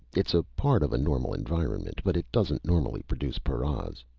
it's a part of a normal environment, but it doesn't normally produce paras.